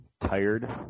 tired